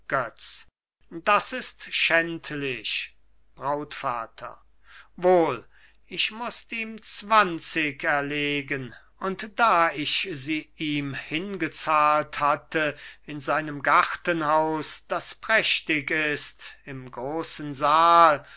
das ist schändlich brautvater wohl ich mußt ihm zwanzig erlegen und da ich sie ihm hingezahlt hatte in seinem gartenhaus das prächtig ist im großen saal